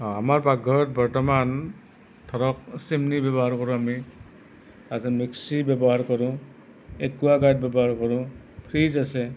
অ আমাৰ পাকঘৰত বৰ্তমান ধৰক চিমনি ব্যৱহাৰ কৰোঁ আমি তাৰ পাছত মিক্সি ব্যৱহাৰ কৰোঁ একুৱাগাৰ্ড ব্যৱহাৰ কৰোঁ ফ্ৰিজ আছে